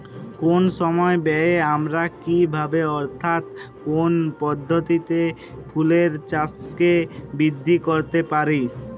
কম সময় ব্যায়ে আমরা কি ভাবে অর্থাৎ কোন পদ্ধতিতে ফুলের চাষকে বৃদ্ধি করতে পারি?